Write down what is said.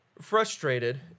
frustrated